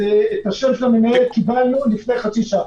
את השם של המנהל קיבלנו לפני חצי שעה.